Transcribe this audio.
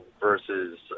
versus